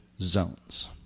zones